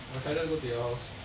I cycle go to your house